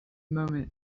moment